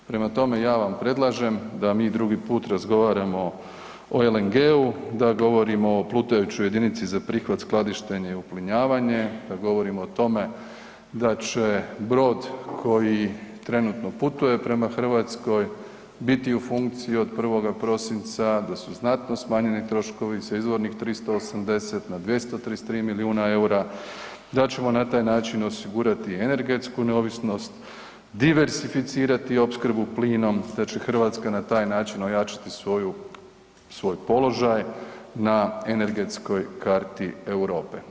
Prema tome, ja vam predlažem da mi drugi put razgovaramo o LNG-u, da govorimo o plutajućoj jedinici za prihvat, skladištenje, uplinjavanje, da govorimo o tome da će brod koji trenutno putuje prema Hrvatskoj biti u funkciji od 1. prosinca, da su znatno smanjeni troškovi sa izvornih 380 na 233 milijuna EUR-a, da ćemo na taj način osigurati energetsku neovisnost, diversificirati opskrbu plinom, da će Hrvatska na taj način ojačati svoju, svoj položaj na energetskoj karti Europe.